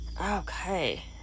Okay